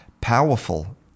powerful